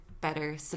better